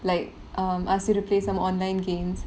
like um ask you to play some online games